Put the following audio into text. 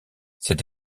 cette